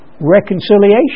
reconciliation